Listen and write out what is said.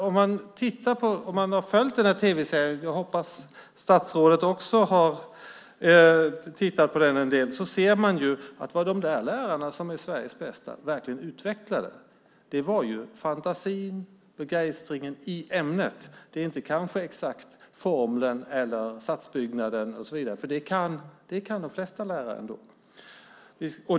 Om man har följt den här tv-serien - jag hoppas att statsrådet också har tittat på den - har man sett att vad de lärarna, som är Sveriges bästa, verkligen utvecklade var fantasin och begeistringen i ämnet. Det kanske inte är exakt formlerna, satsbyggnaden och så vidare, för det kan de flesta lärare ändå.